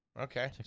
Okay